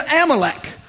Amalek